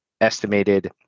estimated